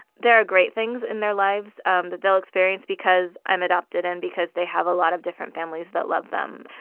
there are great things in their lives um that they'll experience because i'm adopted and because they have a lot of different families that love them.